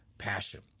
Passion